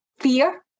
fear